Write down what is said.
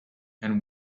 and